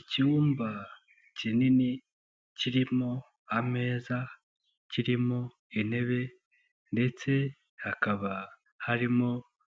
Icyumba kinini kirimo: ameza, kirimo intebe ndetse hakaba harimo